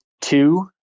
two